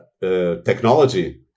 technology